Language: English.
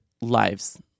lives